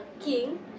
king